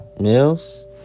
Mills